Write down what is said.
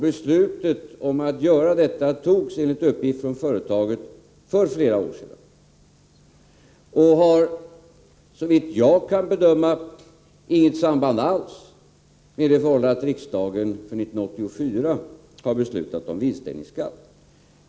Beslutet om att göra denna omorganisation togs enligt uppgift från företaget för flera år sedan och har såvitt jag kan bedöma inget samband alls med det förhållandet att riksdagen för 1984 har beslutat om vinstdelningsskatt.